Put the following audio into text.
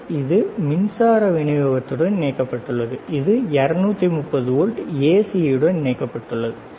இது மின்சார விநியோகத்துடன் இணைக்கப்பட்டுள்ளது இது 230 வோல்ட் ஏசியுடன் இணைக்கப்பட்டுள்ளது சரி